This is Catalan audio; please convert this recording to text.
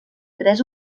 tres